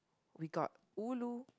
we got ulu